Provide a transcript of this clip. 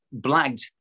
blagged